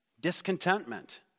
discontentment